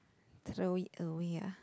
throw it away ah